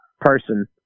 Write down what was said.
person